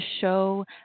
show